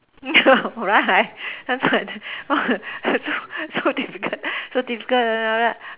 right so difficult so difficult then after that